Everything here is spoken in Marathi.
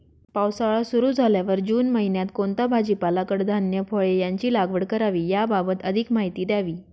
पावसाळा सुरु झाल्यावर जून महिन्यात कोणता भाजीपाला, कडधान्य, फळे यांची लागवड करावी याबाबत अधिक माहिती द्यावी?